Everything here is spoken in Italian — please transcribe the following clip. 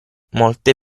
molte